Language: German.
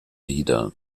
wieder